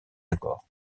accord